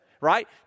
right